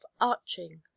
arching